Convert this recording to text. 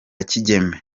kigeme